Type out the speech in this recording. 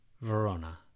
Verona